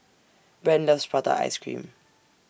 Brant loves Prata Ice Cream